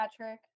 Patrick